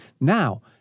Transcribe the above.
Now